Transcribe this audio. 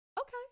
Okay